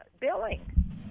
billing